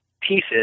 pieces